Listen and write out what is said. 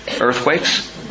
earthquakes